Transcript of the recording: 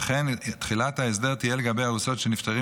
וכן תחילת ההסדר תהיה לגבי ארוסות של נפטרים